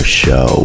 show